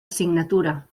signatura